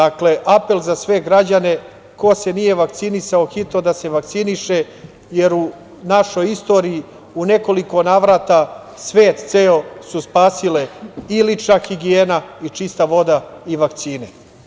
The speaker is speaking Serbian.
Apel za sve građane – ko se nije vakcinisao, hitno da se vakciniše, jer u našoj istoriji u nekoliko navrata svet ceo su spasile i lična higijena i čista voda i vakcine.